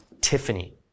Tiffany